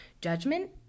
judgment